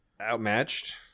outmatched